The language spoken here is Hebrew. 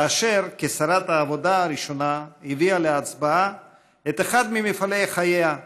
כאשר כשרת העבודה הראשונה הביאה להצבעה את אחד ממפעלי חייה,